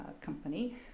company